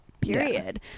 period